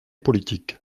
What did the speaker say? politique